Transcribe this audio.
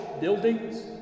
buildings